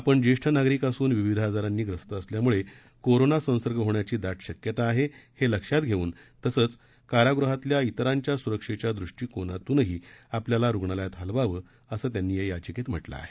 आपण जेष्ठ नागरिक असून विविध आजारांनी ग्रस्त असल्याम्ळे कोरोना संसर्ग होण्याची दाट शक्यता आहे हे लक्षात घेऊन तसच कारागृहातल्या इतरांच्या स्रक्षेच्या दृष्टिकोनातूनही आपल्याला रुग्णालयात हलवावं असं त्यांनी या याचिकेत म्हटलं आहे